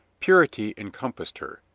purity encompassed her,